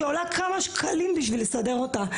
שעולה כמה שקלים בשביל לסדר אותה.